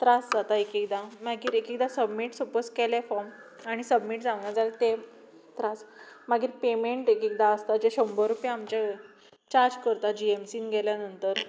त्रास जाता एकएकेदां मागीर एकएकेदां सबमीट सपोज केलें फॉर्म आनी सबमीट जावना जाल्यार ते त्रास मागीर पेमँट एक एकेदां आसता जे शंबर रूपया आमचें चार्ज करता जी एम सीन गेल्या नंतर